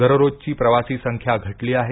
दररोजची प्रवासी संख्या घटली आहे